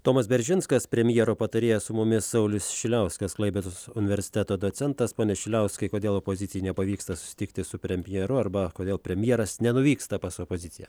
tomas beržinskas premjero patarėjas su mumis saulius šiliauskas klaipėdos universiteto docentas pone šiliauskai kodėl opozicijai nepavyksta susitikti su premjeru arba kodėl premjeras nenuvyksta pas opoziciją